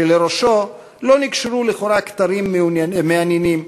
שלראשו לא נקשרו לכאורה כתרים מעניינים.